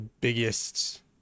biggest